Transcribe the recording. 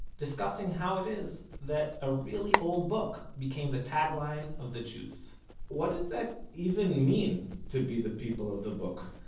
discussing how it is that a really old book became the tagline of the jews what does that even mean to be the people of the book?